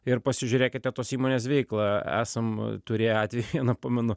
ir pasižiūrėkite tos įmonės veiklą esam turėję atvejį vieną pamenu